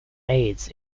aids